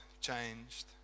changed